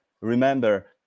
remember